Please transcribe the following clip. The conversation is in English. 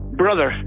brother